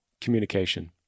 Communication